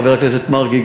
חבר הכנסת מרגי,